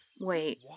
Wait